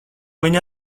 viņa